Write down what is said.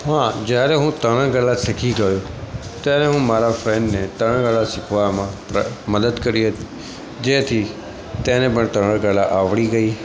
હા જયારે હું તરણકળા શીખી ગયો ત્યારે હું મારા ફ્રેન્ડને તરણકળા શીખવામાં મદદ કરી હતી જેથી તેને પણ તરણકળા આવડી ગઈ